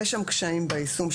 יש שם קשיים ביישום,